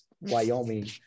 Wyoming